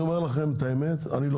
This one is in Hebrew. אני אומר לכם את האמת: אני לא